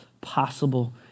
possible